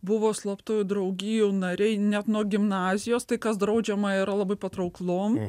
buvo slaptųjų draugijų nariai net nuo gimnazijos tai kas draudžiama yra labai patrauklu